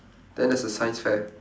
then there's the science fair